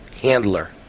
handler